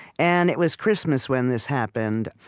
and it was christmas when this happened,